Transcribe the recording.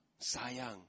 sayang